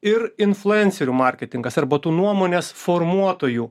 ir influencerių marketingas arba tų nuomonės formuotojų